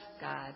God